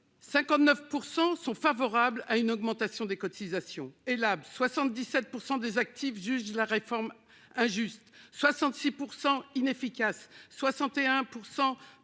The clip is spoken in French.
59% sont favorables à une augmentation des cotisations Elabe, 77% des actifs jugent la réforme injuste 66% inefficace 61%